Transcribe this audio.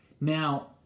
Now